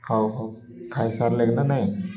ହଉ ହଉ ଖାଇସାର୍ଲେ ନା ନାଇଁ